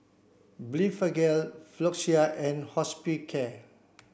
Blephagel Floxia and Hospicare